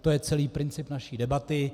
To je celý princip naší debaty.